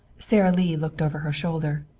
sara lee looked over her shoulder.